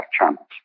channels